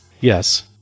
Yes